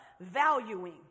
valuing